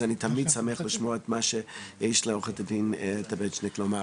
אז אני תמיד שמח לשמוע את מה שיש לעורכת הדין טבצ'ניק לומר,